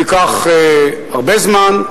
תיקח הרבה זמן,